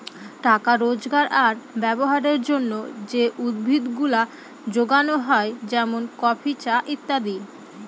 টাকা রোজগার আর ব্যবহারের জন্যে যে উদ্ভিদ গুলা যোগানো হয় যেমন কফি, চা ইত্যাদি